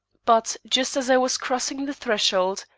but just as i was crossing the threshold,